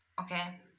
Okay